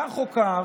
כך או כך,